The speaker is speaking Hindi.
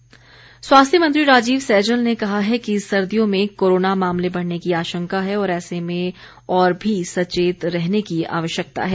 सैजल स्वास्थ्य मंत्री राजीव सैजल ने कहा है कि सर्दियों में कोरोना मामले बढने की आशंका है और ऐसे में और भी सचेत रहने की आवश्यकता है